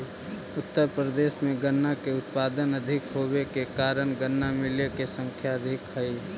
उत्तर प्रदेश में गन्ना के उत्पादन अधिक होवे के कारण गन्ना मिलऽ के संख्या अधिक हई